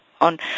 on